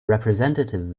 representative